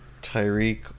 Tyreek